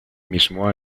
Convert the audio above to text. mismo